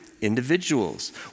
individuals